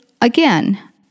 again